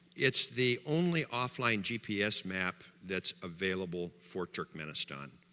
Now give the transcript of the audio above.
it's the only offline gps map that's available for turkmenistan